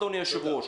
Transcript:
אדוני היושב-ראש,